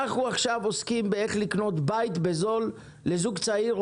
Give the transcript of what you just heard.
אנחנו עכשיו עוסקים באיך לקנות בית בזול לזוג צעיר,